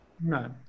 No